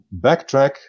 backtrack